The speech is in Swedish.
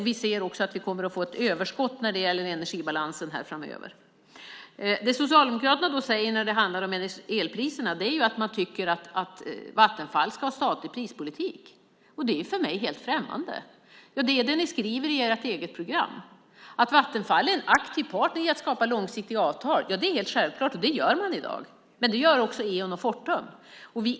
Vi ser också att vi kommer att få ett överskott när det gäller energibalansen framöver. Det Socialdemokraterna säger när det handlar om elpriserna är att man tycker att Vattenfall ska ha statlig prispolitik. Det är för mig helt främmande. Det är det ni skriver i ert eget program. Att Vattenfall är en aktiv part i att skapa långsiktiga avtal är helt självklart, och det gör man i dag, men det gör också Eon och Fortum.